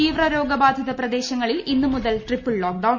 തീവ്രോഗബാധിത്യ പ്ര്ദേശങ്ങളിൽ ഇന്ന് മുതൽ ട്രിപ്പിൾ ലോക്ഡൌൺ